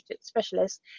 specialists